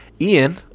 Ian